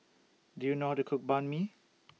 Do YOU know How to Cook Banh MI